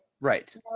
Right